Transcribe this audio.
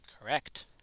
Correct